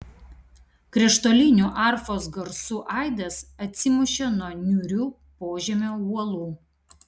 krištolinių arfos garsų aidas atsimušė nuo niūrių požemio uolų